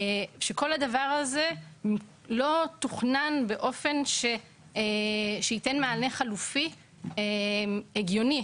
שכול הדבר הזה לא תוכן באופן שייתן מענה חלופי הגיוני.